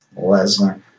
Lesnar